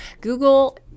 Google